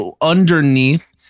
underneath